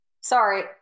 Sorry